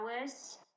hours